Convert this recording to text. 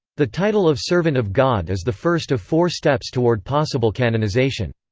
the title of servant of god is the first of four steps toward possible canonisation.